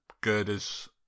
Girders